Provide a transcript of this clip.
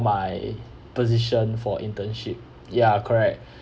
my position for internship ya correct